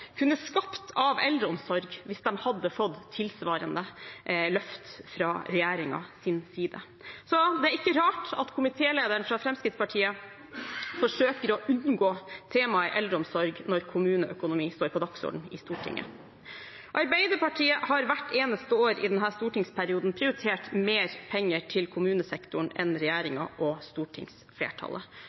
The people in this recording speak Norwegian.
kunne skapt av eldreomsorg hvis de hadde fått tilsvarende løft fra regjeringens side. Det er ikke rart at komitélederen fra Fremskrittspartiet forsøker å unngå temaet eldreomsorg når kommuneøkonomi står på dagsordenen i Stortinget. Arbeiderpartiet har hvert eneste år i denne stortingsperioden prioritert mer penger til kommunesektoren enn regjeringen og stortingsflertallet,